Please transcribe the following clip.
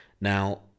Now